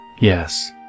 Yes